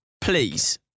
please